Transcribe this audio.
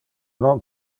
non